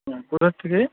হ্যাঁ কোথা থেকে